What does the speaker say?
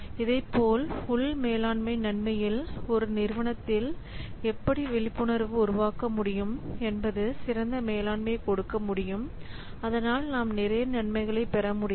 இதேபோல் உள் மேலாண்மை நன்மையில் ஒரு நிறுவனத்தில் எப்படி விழிப்புணர்வை உருவாக்க முடியும் எப்படி சிறந்த மேலாண்மையை கொடுக்க முடியும் அதனால் நாம் நிறைய நன்மைகளை பெறமுடியும்